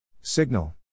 Signal